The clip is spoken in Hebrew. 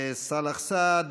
סאלח סעד.